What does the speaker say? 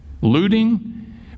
looting